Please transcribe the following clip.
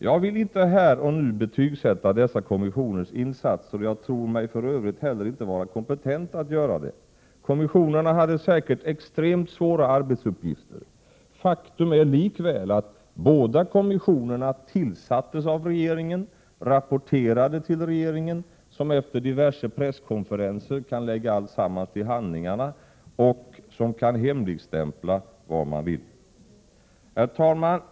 Jag vill inte här och nu betygsätta dessa kommissioners insatser. Jag tror mig för övrigt heller inte vara kompetent att göra det. Kommissionerna hade extremt svåra arbetsuppgifter. Faktum är likväl att båda kommissionerna tillsattes av regeringen och rapporterade till regeringen, som efter diverse presskonferenser kan lägga alltsammans till handlingarna och som kan hemligstämpla vad man vill. Herr talman!